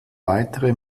weitere